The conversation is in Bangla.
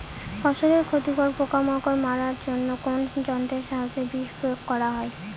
ফসলের ক্ষতিকর পোকামাকড় মারার জন্য কোন যন্ত্রের সাহায্যে বিষ প্রয়োগ করা হয়?